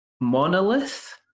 monolith